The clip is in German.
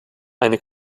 eine